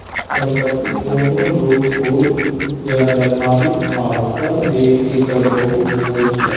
संपत्ति कोनो लोक होइ या बेपारीक फर्म सब लेल एकर बहुत मोल छै